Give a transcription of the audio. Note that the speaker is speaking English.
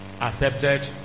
accepted